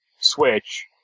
Switch